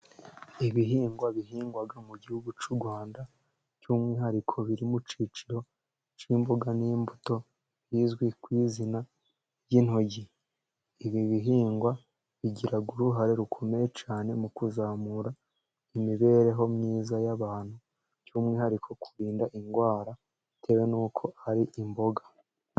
Ibihingwa bihingwa mu gihugu cy'u Rwanda, by'umwihariko biri mu cyiciro cy'imboga n'imbuto bizwi ku izina ry'intoryi, ibi bihingwa bigira uruhare rukomeye cyane mu kuzamura imibereho myiza y'abantu, by'umwihariko kurinda indwara bitewe n'uko ari imboga.